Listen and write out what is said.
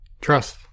Trust